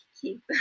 keep